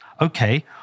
Okay